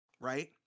right